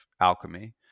alchemy